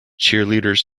cheerleaders